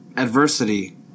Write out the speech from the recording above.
adversity